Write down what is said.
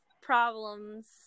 problems